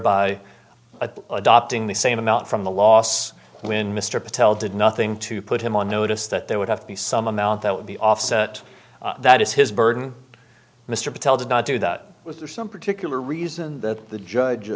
by adopting the same amount from the loss when mr patel did nothing to put him on notice that there would have to be some amount that would be offset that is his burden mr patel did not do that was there some particular reason that the judge